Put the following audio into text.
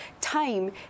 time